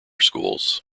schools